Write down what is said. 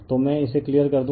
तो मैं इसे क्लियर कर दूं